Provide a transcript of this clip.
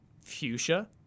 Fuchsia